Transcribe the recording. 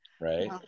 Right